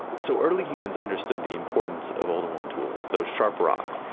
so early humans understood the importance of oldowan tools, those sharp rocks.